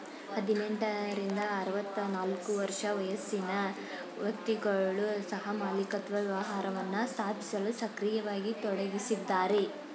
ಹದಿನೆಂಟ ರಿಂದ ಆರವತ್ತನಾಲ್ಕು ವರ್ಷ ವಯಸ್ಸಿನ ವ್ಯಕ್ತಿಗಳು ಸಹಮಾಲಿಕತ್ವ ವ್ಯವಹಾರವನ್ನ ಸ್ಥಾಪಿಸಲು ಸಕ್ರಿಯವಾಗಿ ತೊಡಗಿಸಿದ್ದಾರೆ